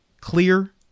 clear